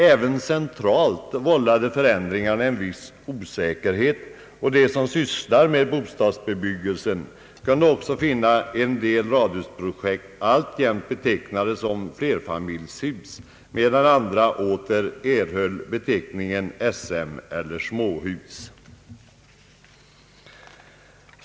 Även centralt vållade förändringen en viss osäkerhet, och de som sysslar med bostadsbyggelse kunde också finna att en del radhusprojekt alltjämt betecknades som flerfamiljshus, medan andra åter erhöll beteckningen småhus.